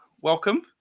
Welcome